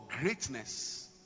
greatness